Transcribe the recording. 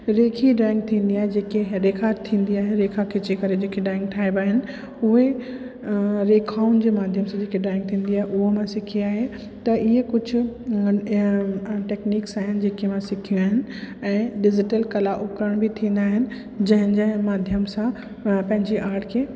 रेखी drawing थींदी आहे जेके रेखा थींदी आहे रेखा खिची करे जेके ड्रॉइंग ठाहिबा आहिनि उहे रेखाउनि जे माध्यम सां जेके ड्रॉइंग थींदी आहे उहा मां सिखी आहे त इहे कुझु टेक्निक्स आहिनि जेके मां सिखी आहिनि ऐं डिजिटल कला उपकरण बि थींदा आहिनि जंहिं जंहिं माध्यम सां मां पंहिंजी आर्ट खे